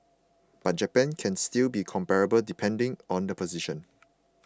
but Japan can still be comparable depending on the position